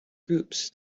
groups